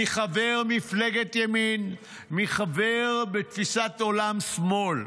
מי חבר מפלגת ימין, מי חבר עם תפיסת עולם שמאל.